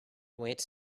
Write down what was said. waits